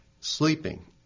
Sleeping